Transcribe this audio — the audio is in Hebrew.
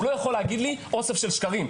הוא לא יכול להגיד לי "אוסף של שקרים",